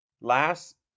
last